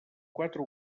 quatre